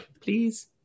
please